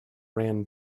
ran